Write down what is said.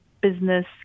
business